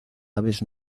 aves